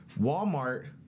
Walmart